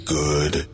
good